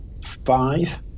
five